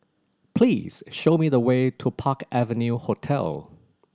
please show me the way to Park Avenue Hotel